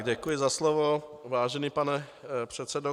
Děkuji za slovo, vážený pane předsedo.